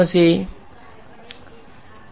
વિદ્યાર્થી 1